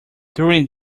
during